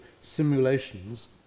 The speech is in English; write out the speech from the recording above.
simulations